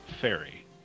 fairy